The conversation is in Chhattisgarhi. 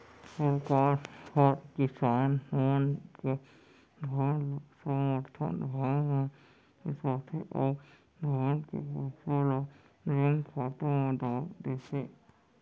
सरकार हर किसान मन के धान ल समरथन भाव म बिसाथे अउ धान के पइसा ल बेंक खाता म डार देथे